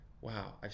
Wow